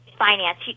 finance